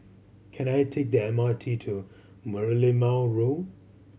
can I take the M R T to Merlimau Road